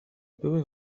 były